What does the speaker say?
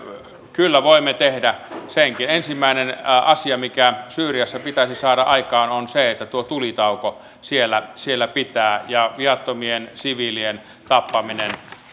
kyllä voimme tehdä senkin ensimmäinen asia mikä syyriassa pitäisi saada aikaan on se että tuo tulitauko siellä siellä pitää ja viattomien siviilien tappaminen